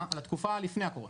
על התקופה לפני הקורונה.